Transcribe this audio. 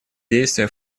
действия